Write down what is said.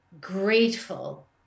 grateful